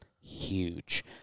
Huge